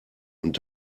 und